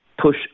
push